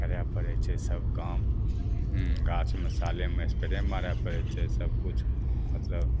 करय पड़य छै सब काम गाछमे सालेमे स्प्रे मारय पड़य छै सब कुछ मतलब